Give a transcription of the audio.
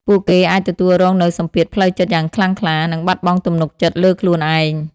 ពួកគេអាចទទួលរងនូវសម្ពាធផ្លូវចិត្តយ៉ាងខ្លាំងក្លា និងបាត់បង់ទំនុកចិត្តលើខ្លួនឯង។